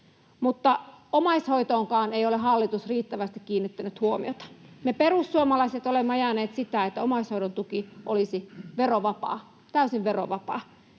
mutta omaishoitoonkaan ei ole hallitus riittävästi kiinnittänyt huomiota. Me perussuomalaiset olemme ajaneet sitä, että omaishoidon tuki olisi verovapaa, täysin verovapaa,